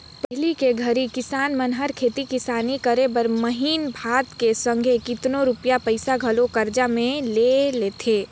पहिली के घरी किसान मन हर खेती किसानी करे बर बीहन भात के संघे केतनो रूपिया पइसा घलो करजा में ले लेथें